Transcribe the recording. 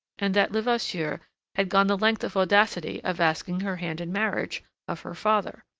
and that levasseur had gone the length of audacity of asking her hand in marriage of her father.